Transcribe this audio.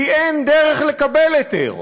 כי אין דרך לקבל היתר.